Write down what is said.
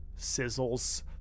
sizzles